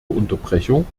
unterbrechung